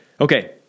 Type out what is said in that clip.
Okay